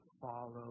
follow